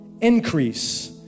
increase